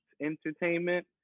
entertainment